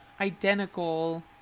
identical